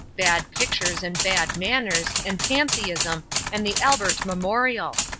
bad pictures and bad manners and pantheism and the albert memorial.